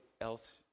else